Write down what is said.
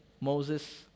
Moses